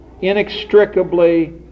inextricably